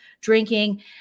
drinking